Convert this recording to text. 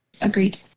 Agreed